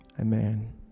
amen